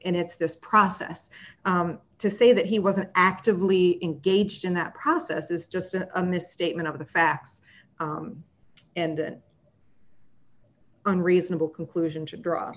and it's this process to say that he wasn't actively engaged in that process is just an amiss statement of the facts and an unreasonable conclusion to draw